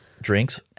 Drinks